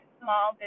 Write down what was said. small